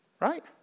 Right